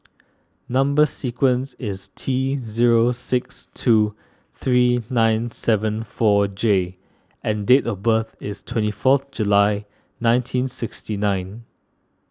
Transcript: Number Sequence is T zero six two three nine seven four J and date of birth is twenty fourth July nineteen sixty nine